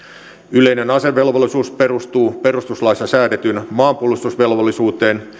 yleinen asevelvollisuus perustuu perustuslaissa säädettyyn maanpuolustusvelvollisuuteen